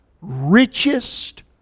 Richest